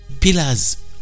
pillars